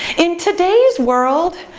in today's world,